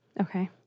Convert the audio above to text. Okay